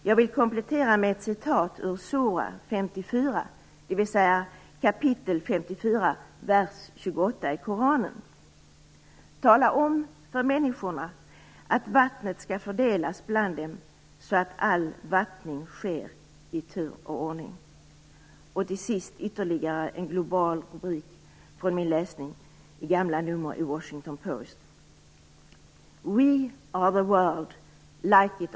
Jag vill komplettera med att referera ur sura 54, dvs. kapitel 54 vers 28 i koranen: Tala om för människorna att vattnet skall fördelas bland dem så att all vattning sker i tur och ordning. Till sist ytterligare en global rubrik från Washington Post: We are the world - like it or not.